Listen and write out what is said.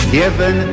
given